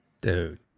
dude